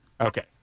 Okay